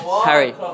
Harry